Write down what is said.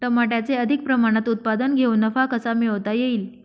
टमाट्याचे अधिक प्रमाणात उत्पादन घेऊन नफा कसा मिळवता येईल?